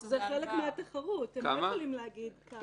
זה חלק מהתחרות, הם לא יכולים להגיד כמה.